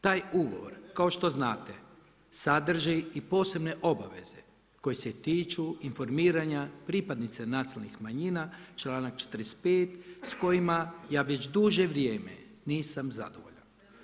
Taj ugovor kao što znate sadrži i posebne obaveze koje se tiču informiranja pripadnice nacionalnih manjina, članak 45. s kojima ja već duže vrijeme nisam zadovoljan.